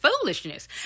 foolishness